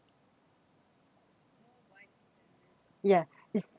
ya it's